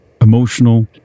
emotional